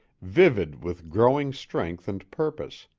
vivid with growing strength and purpose,